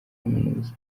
kaminuza